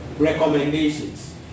Recommendations